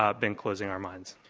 ah been closing our minds.